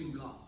God